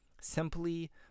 simply